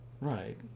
Right